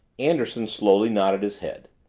anderson slowly nodded his head.